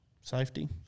Safety